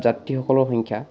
যাত্ৰীসকলৰ সংখ্যা